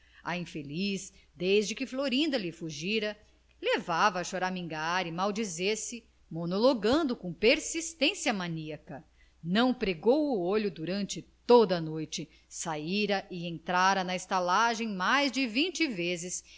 a infeliz desde que florinda lhe fugira levava a choramingar e maldizer se monologando com persistência maníaca não pregou olho durante toda a noite saíra e entrara na estalagem mais de vinte vezes